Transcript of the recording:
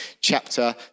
chapter